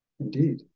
indeed